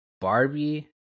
Barbie